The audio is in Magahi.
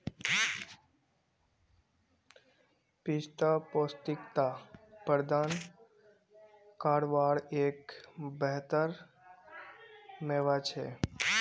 पिस्ता पौष्टिकता प्रदान कारवार एक बेहतर मेवा छे